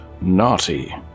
naughty